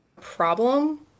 problem